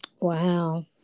Wow